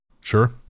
Sure